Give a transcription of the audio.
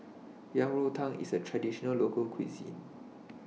Yang Rou Tang IS A Traditional Local Cuisine